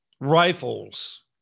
rifles